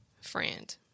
friend